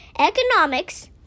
economics